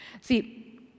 See